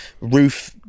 roof